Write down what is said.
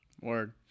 Word